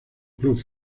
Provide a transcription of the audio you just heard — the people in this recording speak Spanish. club